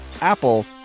Apple